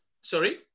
Sorry